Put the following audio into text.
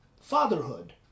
Fatherhood